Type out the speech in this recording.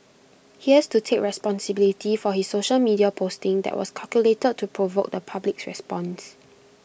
he has to take responsibility for his social media posting that was calculated to provoke the public's response